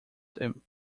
than